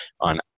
on